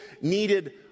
needed